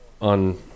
on